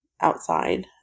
outside